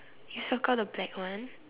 you circle the black one